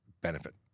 benefit